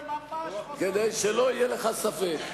כדי שלא יהיה לך ספק.